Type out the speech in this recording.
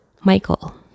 Michael